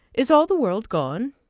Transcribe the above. is all the world gone?